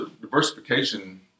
diversification